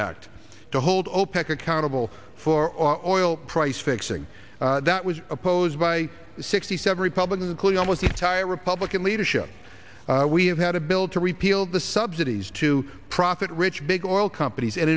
act to hold opec accountable for oil price fixing that was opposed by sixty seven republicans including almost entire republican leadership we have had a bill to repeal the subsidies to profit rich big oil companies and